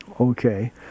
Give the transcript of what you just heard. Okay